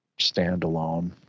standalone